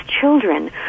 children